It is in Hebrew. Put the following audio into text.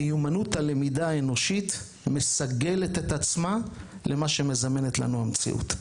מיומנות הלמידה האנושית מסגלת את עצמה למה שמזמנת לנו המציאות.